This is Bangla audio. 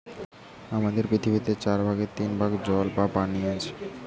আমাদের পৃথিবীর চার ভাগের তিন ভাগ জল বা পানি আছে